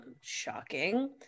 Shocking